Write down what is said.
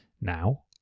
Now